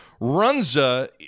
Runza